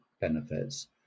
benefits